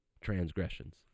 transgressions